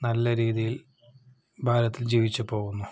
നല്ല രീതിയില് ഭാരതത്തില് ജീവിച്ചു പോകുന്നു